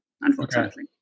unfortunately